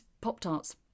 Pop-Tarts